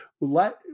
let